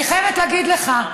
אני חייבת להגיד לך,